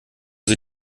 sie